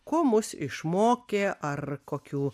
ko mus išmokė ar kokių